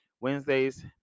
Wednesdays